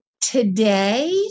today